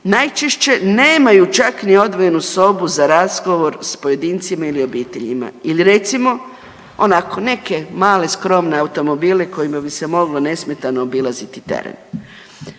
Najčešće nemaju čak ni odvojenu sobu za razgovor s pojedincima ili obiteljima ili recimo onako neke male skromne automobile kojima bi se moglo nesmetano obilaziti teren.